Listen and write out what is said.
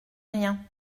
rien